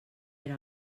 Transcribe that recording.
era